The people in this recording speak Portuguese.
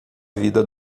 vida